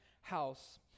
house